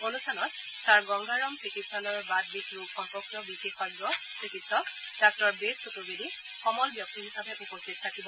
অনুষ্ঠানত ছাৰ গংগাৰাম চিকিৎসালয়ৰ বাত বিষ ৰোগ সম্পৰ্কীয় বিশেষজ চিকিৎসক ডাঃ বেদ চতুৰ্বেদী সমল ব্যক্তি হিচাপে উপস্থিত থাকিব